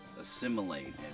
assimilate